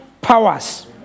powers